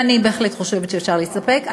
אני בהחלט חושבת שאפשר להסתפק.